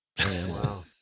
wow